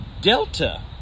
Delta